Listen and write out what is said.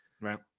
right